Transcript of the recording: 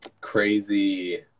crazy